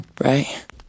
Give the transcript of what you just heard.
right